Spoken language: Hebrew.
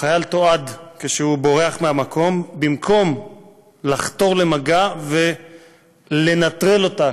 החייל תועד כשהוא בורח מהמקום במקום לתור למגע ולנטרל אותה,